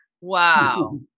Wow